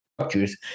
structures